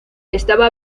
estaba